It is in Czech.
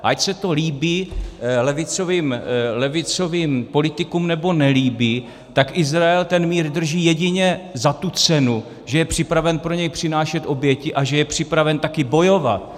Ať se to líbí levicovým politikům, nebo nelíbí, tak Izrael ten mír drží jedině za tu cenu, že je připraven pro něj přinášet oběti a že je připraven také bojovat.